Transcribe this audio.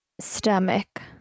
stomach